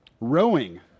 Rowing